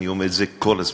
אני אומר את זה כל הזמן,